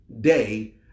day